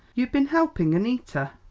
you've been helping annita?